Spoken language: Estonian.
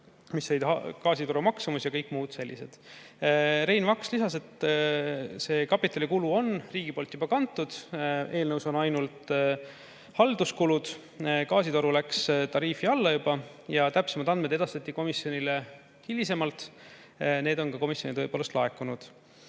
jäi gaasitoru maksumus ja kõik muu selline. Rein Vaks lisas, et see kapitalikulu on riigi poolt juba kantud, eelnõus on ainult halduskulud, gaasitoru läks juba tariifi alla ja täpsemad andmed edastatakse komisjonile hilisemalt. Need on komisjoni tõepoolest laekunud.